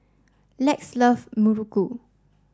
Lex loves Muruku